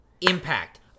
impact